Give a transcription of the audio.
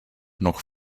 noch